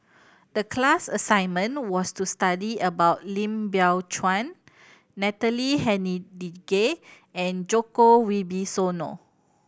the class assignment was to study about Lim Biow Chuan Natalie Hennedige and Joko Wibisono